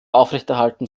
aufrechterhalten